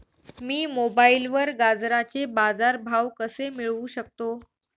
मी मोबाईलवर गाजराचे बाजार भाव कसे मिळवू शकतो?